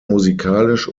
musikalisch